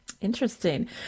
Interesting